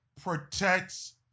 protects